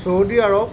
Saudi Arab